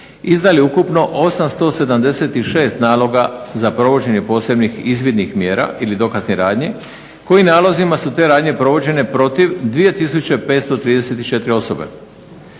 izdali ukupno 876 naloga za provođenje posebnih izvidnih mjera ili dokaznih radnji koji nalozima su te radnje provođene protiv 2534 osobe.